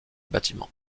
bâtiment